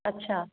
अच्छा